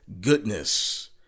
goodness